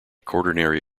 quaternary